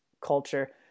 culture